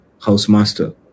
housemaster